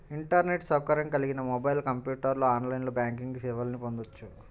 internet సౌకర్యం కలిగిన mobile, కంప్యూటర్లో ఆన్లైన్ బ్యాంకింగ్ సేవల్ని పొందొచ్చు